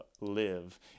live